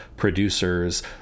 producers